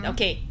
Okay